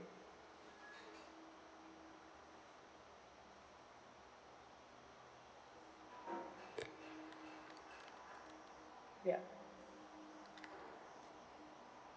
yup